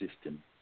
system